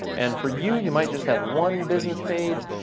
and for you, you might just have one business page,